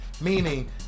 meaning